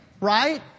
right